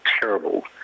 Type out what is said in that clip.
terrible